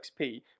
XP